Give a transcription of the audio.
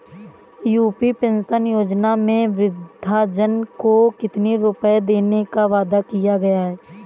UP pension योजना में वृद्धजन को कितनी रूपये देने का वादा किया गया है?